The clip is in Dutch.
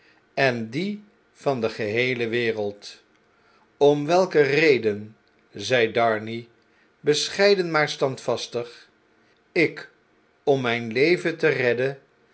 en die van de geheele wereld om welke reden zei darnay bescheiden maar standvastig ik om mfln leven te redden